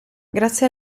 grazie